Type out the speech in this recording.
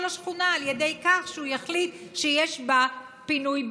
השכונה על ידי כך שהוא יחליט שיש בה פינוי-בינוי.